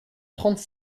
trente